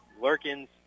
Lurkins